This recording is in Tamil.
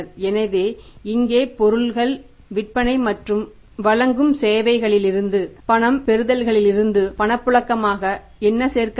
எனவே இங்கே பொருட்கள் விற்பனை மற்றும் வழங்கும் சேவையிலிருந்து பணப் பெறுதல்களிலிருந்து பணப்புழக்கமாக என்ன சேர்க்கப்படும்